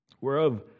whereof